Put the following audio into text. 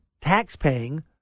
taxpaying